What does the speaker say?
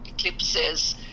Eclipses